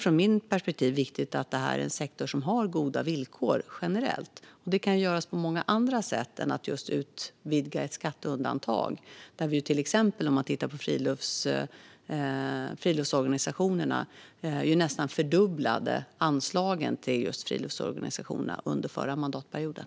Från mitt perspektiv är det viktigt att detta är en sektor som har goda villkor generellt. Det kan göras på många andra sätt än genom att utvidga ett skatteundantag. Till exempel fördubblade vi nästan anslagen till friluftsorganisationerna under den förra mandatperioden.